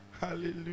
Hallelujah